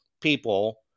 people